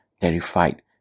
Terrified